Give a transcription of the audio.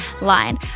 line